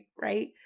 right